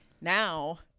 Now